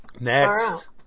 Next